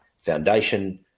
foundation